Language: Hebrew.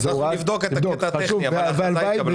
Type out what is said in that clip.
נבדוק את הקטע הטכני אבל ההחלטה התקבלה.